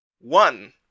One